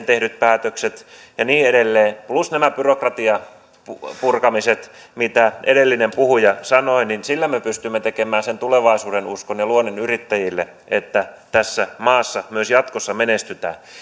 tehdyt päätökset ja niin edelleen plus nämä byrokratian purkamiset mitä edellinen puhuja sanoi niin sillä me pystymme luomaan sen tulevaisuudenuskon yrittäjille että tässä maassa myös jatkossa menestytään